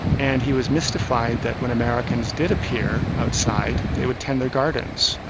and he was mystified that when americans did appear outside, they would tend their gardens,